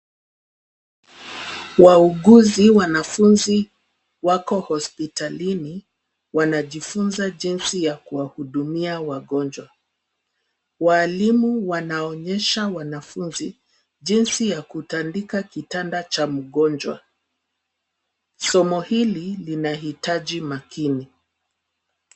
Wauguzi wanafunzi wako hospitalini wanajifunza jinsi ya kuwahudumia wagonjwa. Walimu wanaonyesha wanafunzi jinsi ya kutandika kitanda cha mgonjwa. Somo hili linahitaji makini.